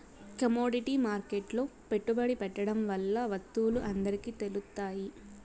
commodity మార్కెట్లో పెట్టుబడి పెట్టడం వల్ల వత్తువులు అందరికి తెలుత్తాయి